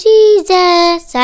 Jesus